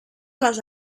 les